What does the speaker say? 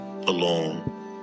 alone